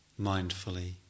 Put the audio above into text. mindfully